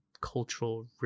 cultural